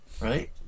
right